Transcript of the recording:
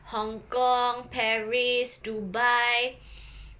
hong kong paris dubai